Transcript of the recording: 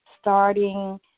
starting